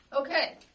Okay